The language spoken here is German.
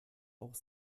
auch